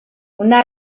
una